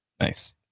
Nice